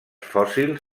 fòssils